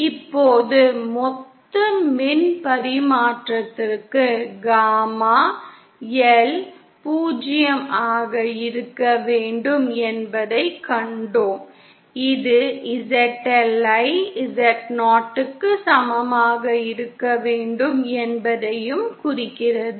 இப்போது மொத்த மின் பரிமாற்றத்திற்கு காமா L 0 ஆக இருக்க வேண்டும் என்பதைக் கண்டோம் இது ZL ஐ Zo க்கு சமமாக இருக்க வேண்டும் என்பதையும் குறிக்கிறது